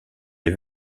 les